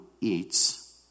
eats